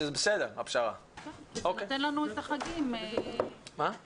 זה נותן לנו את החגים להתארגן.